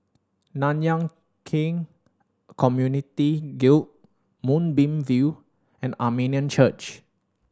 Nanyang Khek Community Guild Moonbeam View and Armenian Church